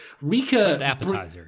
Rika